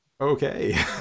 okay